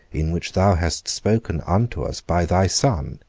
in which thou hast spoken unto us by thy son?